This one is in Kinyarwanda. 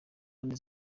kandi